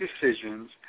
decisions